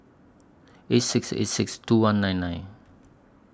eight six eight six two one nine nine